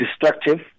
destructive